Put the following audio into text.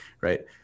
right